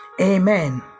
Amen